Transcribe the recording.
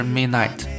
Midnight